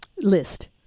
list